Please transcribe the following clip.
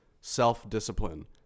self-discipline